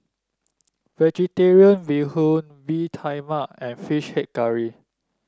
vegetarian Bee Hoon Bee Tai Mak and fish head curry